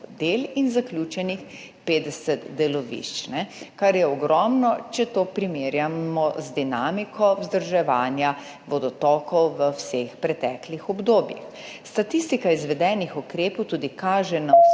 del in zaključenih 50 delovišč, kar je ogromno, če to primerjamo z dinamiko vzdrževanja vodotokov v vseh preteklih obdobjih. Statistika izvedenih ukrepov kaže tudi